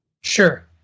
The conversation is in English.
Sure